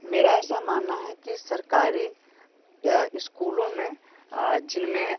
मेरा ऐसा मानना है कि सरकारी स्कूलों में जिनमें